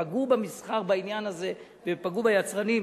פגעו במסחר בעניין הזה ופגעו ביצרנים.